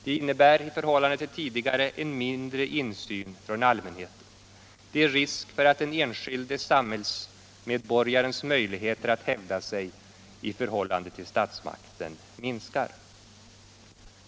Det innebär, i förhållande till tidigare, en mindre insyn från allmänheten. Det är risk för att den enskilde samhällsmedborgarens möjligheter att hävda sig i förhållande till statsmakten minskar.